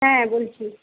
হ্যাঁ বলছি